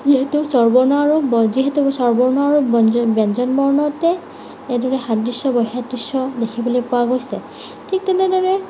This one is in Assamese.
যিহেতু স্বৰবৰ্ণ আৰু যিহেতু স্বৰবৰ্ণ আৰু ব্যঞ্জন ব্যঞ্জন বৰ্ণতে গতিকে সাদৃশ্য বৈসাদৃশ্য দেখিবলৈ পোৱা গৈছে ঠিক তেনেদৰে